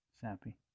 sappy